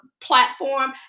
platform